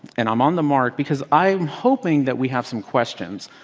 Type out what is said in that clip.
and i'm on the mark because i'm hoping that we have some questions.